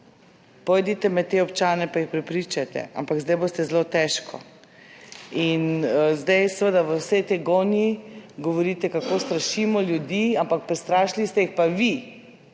Pojdite med te občane pa jih prepričajte. Ampak zdaj boste zelo težko. In zdaj seveda v vsej tej gonji govorite, kako strašimo ljudi, ampak prestrašili ste jih pa vi